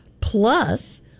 Plus